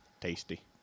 tasty